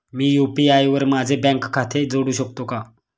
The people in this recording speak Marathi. मी यु.पी.आय वर माझे बँक खाते जोडू शकतो का?